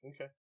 Okay